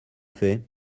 fait